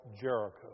Jericho